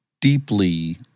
Deeply